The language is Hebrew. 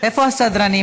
איפה הסדרנים?